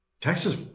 Texas